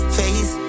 face